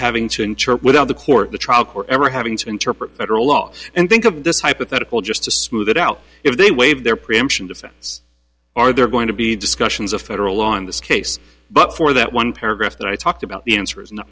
church without the court the trial court ever having to interpret that or a law and think of this hypothetical just to smooth it out if they waive their preemption defense are there going to be discussions of federal law in this case but for that one paragraph that i talked about the answer is no